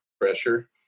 pressure